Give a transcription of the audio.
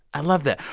i love that.